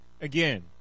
again